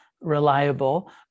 reliable